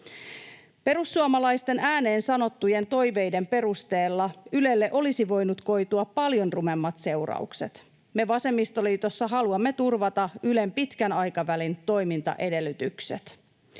Perussuomalaisten ääneen sanottujen toiveiden perusteella Ylelle olisi voinut koitua paljon rumemmat seuraukset. Me vasemmistoliitossa haluamme turvata Ylen pitkän aikavälin toimintaedellytykset.